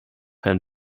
herrn